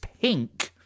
pink